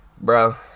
Bro